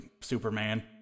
Superman